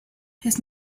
his